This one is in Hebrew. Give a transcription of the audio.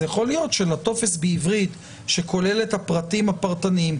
יכול להיות שלטופס בעברית שכולל את הפרטים הפרטניים,